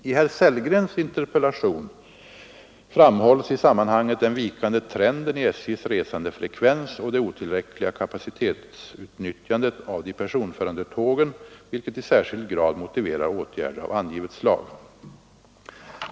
I herr Sellgrens interpellation framhålls i sammanhanget den vikande trenden i SJ:s resandefrekvens och det otillräckliga kapacitetsutnyttjandet av de personförande tågen, vilket i särskild grad motiverar åtgärder av angivet slag.